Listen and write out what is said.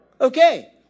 Okay